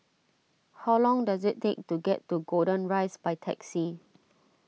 how long does it take to get to Golden Rise by taxi